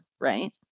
Right